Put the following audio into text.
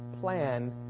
plan